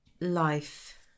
Life